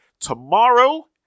Tomorrow